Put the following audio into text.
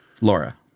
Laura